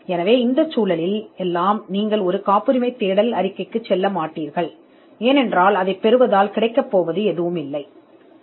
எனவே இந்த எல்லா சந்தர்ப்பங்களிலும் நீங்கள் காப்புரிமை தேடல் அறிக்கைக்கு செல்லமாட்டீர்கள் ஏனென்றால் ஒன்றைப் பெறுவதன் மூலம் பெரிதாக எதுவும் அடைய முடியாது